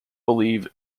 believe